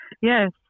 Yes